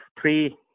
three